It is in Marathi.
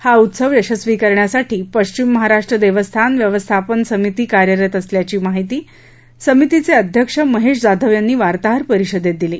हा उत्सव यशस्वी करण्यासाठी पश्चिम महाराष्ट्र देवस्थान व्यवस्थापन समिती कार्यरत असल्याची माहिती समितीचे अध्यक्ष महेश जाधव यांनी वार्ताहर परिषदेत दिली